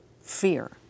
fear